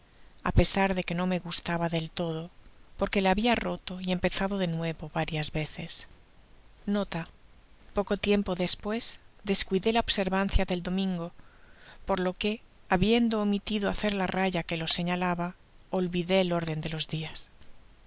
á pesar de que no me gustaba del todo porque la habia roto y empezado de nuevo varias veces nota poco tiempo despues descuidé la observancia del domingo por lo que habiendo omitido hacer la raya que lo señalaba olvide el órde de los días y